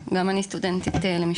גם אני סטודנטית למשפטים.